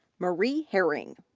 marie herring.